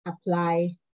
apply